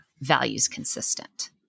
values-consistent